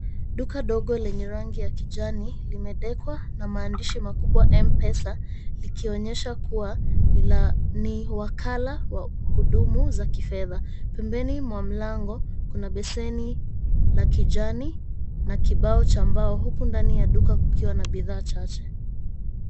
Duka dogo lenye rangi ya kijani limedekwa na maandishi makubwa MPesa, likionyesha kuwa ni la ni wakala wa huduma za kifedha. Pembeni mwa mlango kuna beseni la kijani na kibao cha mbao huku ndani ya duka kukiwa na bidhaa chache.